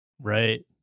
Right